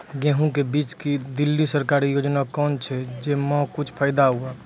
गेहूँ के बीज की नई दिल्ली सरकारी योजना कोन छ जय मां कुछ फायदा हुआ?